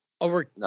over